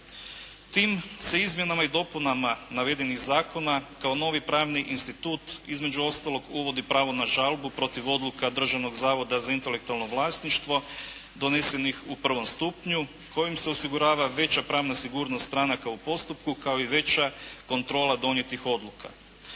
Tim se izmjenama i dopunama navedenih zakona kao novi pravni institut između ostalog uvodi pravo na žalbu protiv odluka Državnog zavoda za intelektualno vlasništvo donesenih u 1. stupnju kojim se osigurava veća pravna sigurnost stranaka u postupku kao i veća kontrola donijetih odluka.